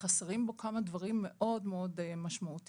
חסרים בו כמה דברים מאוד מאוד משמעותיים.